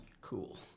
cool